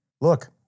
Look